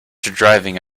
driving